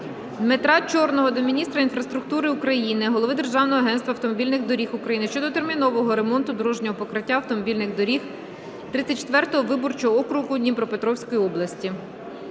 Дмитра Чорного до міністра інфраструктури України, голови Державного агентства автомобільних доріг України щодо термінового ремонту дорожнього покриття автомобільних доріг 34-го виборчого округу Дніпропетровської області.